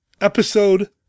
episode